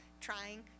trying